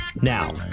Now